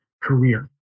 career